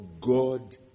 God